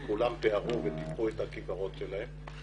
וכולם פארו וטיפחו את הכיכרות שלהם,